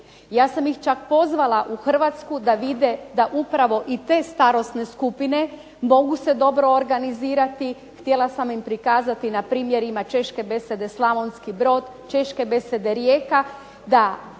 Ja sam ih čak pozvala u Hrvatsku da vide da upravo i te starosne skupine mogu se dobro organizirati. Htjela sam im prikazati na primjerima Češke besede "Slavonski Brod", Češke besede "Rijeka" da